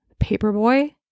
Paperboy